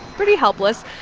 pretty helpless.